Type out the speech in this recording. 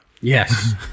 Yes